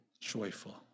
joyful